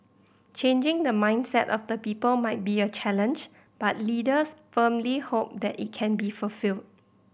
changing the mindset of the people might be a challenge but leaders firmly hope that it can be fulfilled